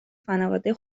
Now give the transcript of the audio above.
خانواده